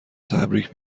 تبریک